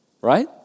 Right